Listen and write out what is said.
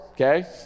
okay